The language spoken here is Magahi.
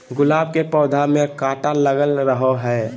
गुलाब के पौधा में काटा लगल रहो हय